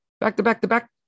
Back-to-back-to-back